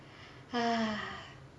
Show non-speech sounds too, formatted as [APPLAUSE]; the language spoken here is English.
[BREATH]